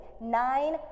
nine